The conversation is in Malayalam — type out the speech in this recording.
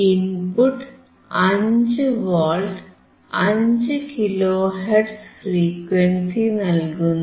input 5 volt 5 kilohertz frequency നൽകുന്നു